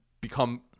become